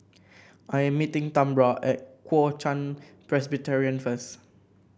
I'm meeting Tambra at Kuo Chuan Presbyterian first